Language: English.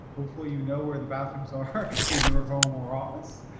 hopefully you know where the bathrooms are in your home or office,